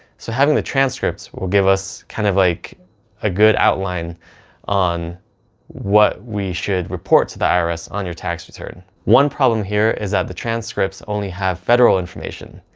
so having the transcripts will give us kind of like a good outline on what we should report to the irs on your tax return. one problem here is that the transcripts only have federal information,